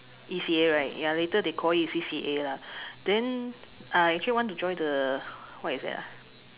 E_C_A right ya later they call it C_C_A lah then I actually want to join the what is that ah